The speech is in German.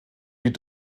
die